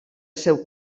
seu